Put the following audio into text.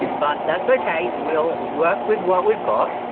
but that's okay we'll work with what we've got.